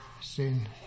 sin